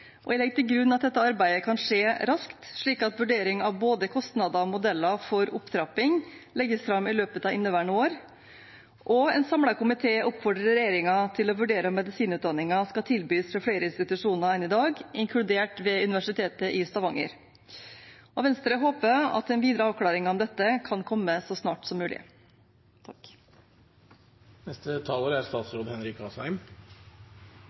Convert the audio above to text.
Jeg legger til grunn at dette arbeidet kan skje raskt, slik at vurdering av både kostnader og modeller for opptrapping legges fram i løpet av inneværende år. En samlet komité oppfordrer også regjeringen til å vurdere om medisinutdanningen skal tilbys ved flere institusjoner enn i dag, inkludert ved Universitetet i Stavanger. Venstre håper at en videre avklaring av dette kan komme så snart som mulig. Koronapandemien har til fulle minnet oss på hvor avgjørende kunnskap er.